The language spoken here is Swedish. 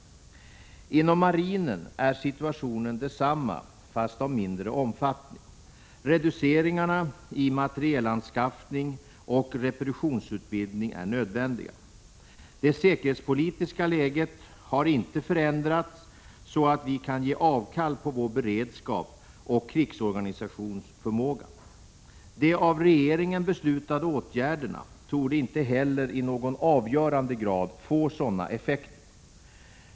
Inom marinen är situationen densamma fast problemen är av mindre omfattning. Reduceringar i materielanskaffning och repetitionsutbildning är nödvändiga. Det säkerhetspolitiska läget har inte förändrats så att vi kan ge avkall på vår beredskap och krigsorganisationsförmåga. De av regeringen beslutade åtgärderna torde inte heller i någon avgörande grad få sådana effekter.